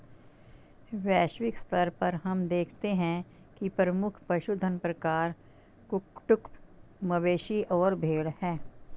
वैश्विक स्तर पर हम देखते हैं कि प्रमुख पशुधन प्रकार कुक्कुट, मवेशी और भेड़ हैं